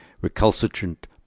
recalcitrant